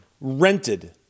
rented